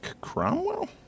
Cromwell